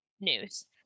news